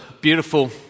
beautiful